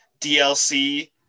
DLC